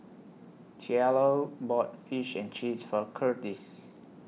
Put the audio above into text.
Cielo bought Fish and Chips For Kurtis